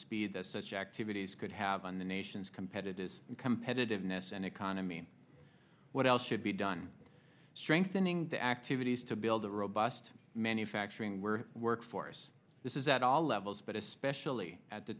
speed that such activities could have on the nation's competitiveness competitiveness and economy what else should be done strengthening the activities to build a robust manufacturing were workforce this is at all levels but especially at the